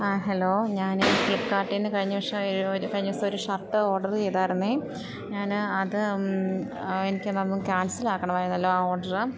ആ ഹലോ ഞാൻ ഫ്ലിപ്കാർട്ടിൽ നിന്ന് കഴിഞ്ഞ ദിവസം ആ ഒരു കഴിഞ്ഞ ദിവസം ഒരു ഷർട്ട് ഓർഡറ് ചെയ്തായിരുന്നു ഞാൻ അത് എനിക്ക് അതൊന്ന് ക്യാൻസൽ ആക്കണമായിരുന്നല്ലോ ആ ഓർഡറ്